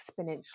exponentially